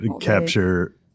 capture